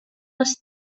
les